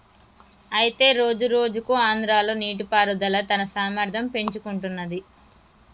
అయితే రోజురోజుకు ఆంధ్రాలో నీటిపారుదల తన సామర్థ్యం పెంచుకుంటున్నది